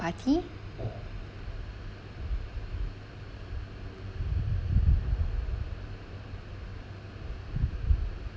party